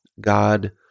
God